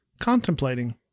contemplating